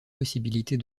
possibilités